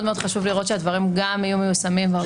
חשוב מאוד לראות שהדברים יהיו מיושמים גם בהוצאה לפועל.